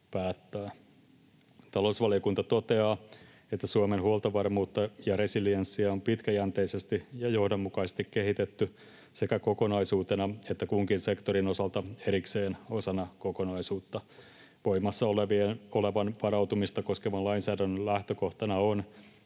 Talousvaliokunta toteaa, että Suomen huoltovarmuutta ja resilienssiä on pitkäjänteisesti ja johdonmukaisesti kehitetty sekä kokonaisuutena että kunkin sektorin osalta erikseen osana kokonaisuutta. Voimassa olevan varautumista koskevan lainsäädännön lähtökohtana on,